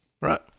Right